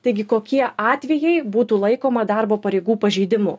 taigi kokie atvejai būtų laikoma darbo pareigų pažeidimu